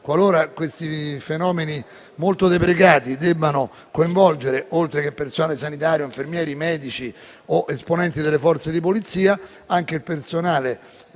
quindi, questi fenomeni molto deprecati debbano coinvolgere, oltre che personale sanitario, infermieri, medici, o esponenti delle Forze di polizia, anche il personale